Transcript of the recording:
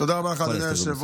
תודה רבה לך, אדוני היושב-ראש.